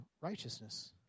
righteousness